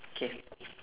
K